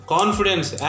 Confidence